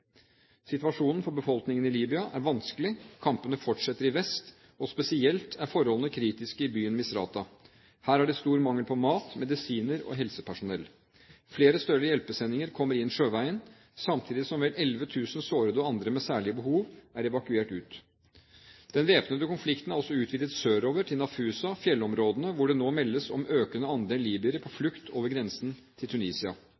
Situasjonen for befolkningen i Libya er vanskelig. Kampene fortsetter i vest, og spesielt er forholdene kritiske i byen Misrata. Her er det stor mangel på mat, medisiner og helsepersonell. Flere større hjelpesendinger kommer inn sjøveien, samtidig som vel 11 000 sårede og andre med særlige behov er evakuert ut. Den væpnede konflikten er også utvidet sørover til Nafusa – fjellområdene hvor det nå meldes om en økende andel libyere på flukt over grensen til Tunisia.